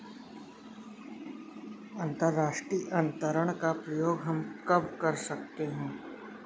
अंतर्राष्ट्रीय अंतरण का प्रयोग हम कब कर सकते हैं?